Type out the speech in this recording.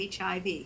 HIV